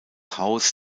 haus